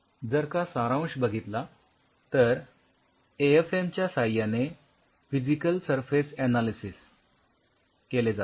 तर आता जर का सारांश बघितला तर ए एफ एम च्या साह्याने फिजिकल सरफेस ऍनालिसिस केले जाते